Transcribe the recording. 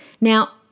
Now